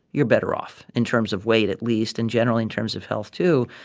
you're better off in terms of weight, at least, and generally in terms of health, too.